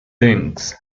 things